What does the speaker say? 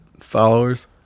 followers